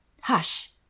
Hush